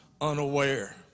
unaware